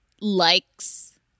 likes